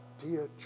dear